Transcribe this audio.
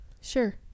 sure